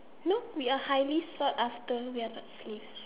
no we are highly sort after we are not slave